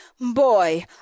Boy